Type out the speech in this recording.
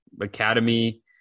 academy